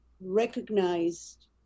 recognized